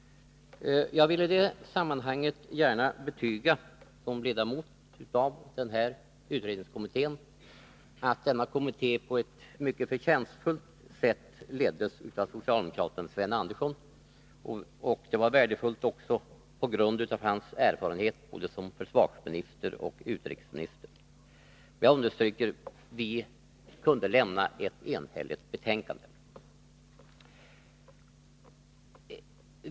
Jag vill i det sammanhanget som ledamot av den här utredningskommittén gärna betyga att kommittén på ett mycket förtjänstfullt sätt leddes av socialdemokraten Sven Andersson. Det var värdefullt också på grund av hans erfarenheter både som försvarsminister och som utrikesminister. Jag understryker: Vi kunde lämna ett enhälligt betänkande.